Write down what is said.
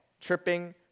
tripping